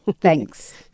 Thanks